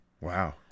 Wow